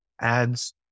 adds